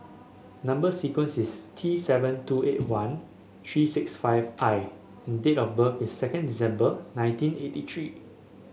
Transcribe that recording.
number sequence is T seven two eight one three six five I and date of birth is second December nineteen eighty three